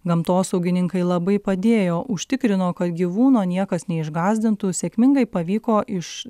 gamtosaugininkai labai padėjo užtikrino kad gyvūno niekas neišgąsdintų sėkmingai pavyko iš